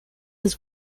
his